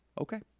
okay